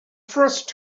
first